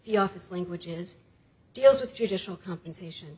the office languages deals with traditional compensation